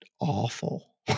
awful